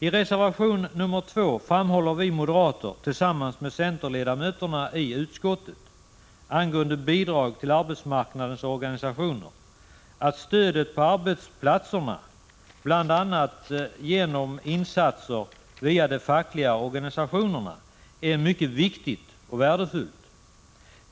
I reservation 2 framhåller vi moderater tillsammans med centerledamöterna i utskottet angående bidrag till arbetsmarknadens organisationer att stödet på arbetsplatserna, bl.a. genom insatser via de fackliga organisationerna, är mycket viktigt och värdefullt.